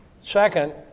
Second